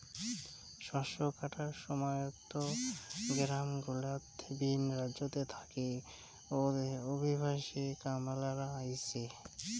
শস্য কাটার সময়ত গেরামগুলাত ভিন রাজ্যত থাকি অভিবাসী কামলারা আইসে